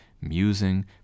musing